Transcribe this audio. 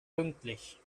pünktlich